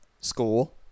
school